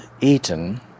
eaten